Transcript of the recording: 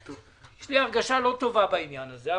יש לי הרגשה לא טובה בעניין הזה.